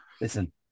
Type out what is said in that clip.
Listen